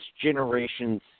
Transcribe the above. generation's